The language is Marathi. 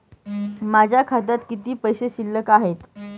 माझ्या खात्यात किती पैसे शिल्लक आहेत?